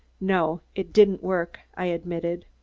no. it didn't work, i admitted.